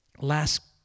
Last